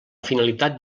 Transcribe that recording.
finalitat